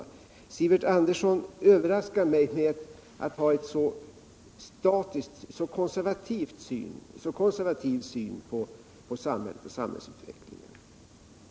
Sivert Andersson överraskar mig med att ha en så konservativ syn på samhället och samhällsutvecklingen.